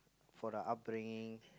for the upbringing